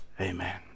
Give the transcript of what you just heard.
Amen